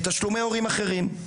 בתשלומי הורים אחרים,